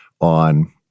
on